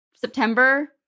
September